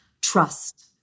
trust